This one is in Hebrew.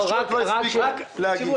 כלומר, הרשויות לא הספיקו להגיש.